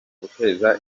guteza